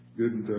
good